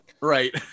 right